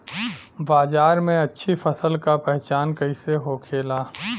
बाजार में अच्छी फसल का पहचान कैसे होखेला?